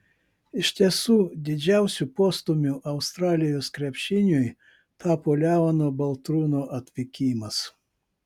iš tiesų didžiausiu postūmiu australijos krepšiniui tapo leono baltrūno atvykimas